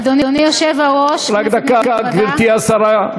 אדוני היושב-ראש, כנסת נכבדה, רק דקה, גברתי השרה.